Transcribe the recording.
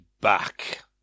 back